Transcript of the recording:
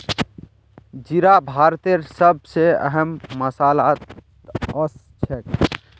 जीरा भारतेर सब स अहम मसालात ओसछेख